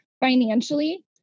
financially